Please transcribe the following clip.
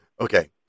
Okay